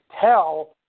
tell –